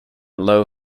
low